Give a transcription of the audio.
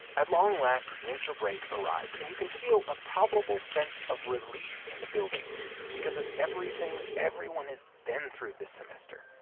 at long last, winter break arrives, and you can feel a palpable sense of relief in the building because of everything everyone has been through this semester